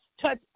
touch